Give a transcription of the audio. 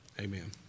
amen